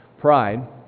Pride